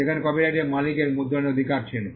যেখানে কপিরাইটের মালিকের মুদ্রণের অধিকার ছিল